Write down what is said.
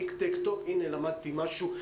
Tiktek, הנה למדתי משהו.